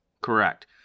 Correct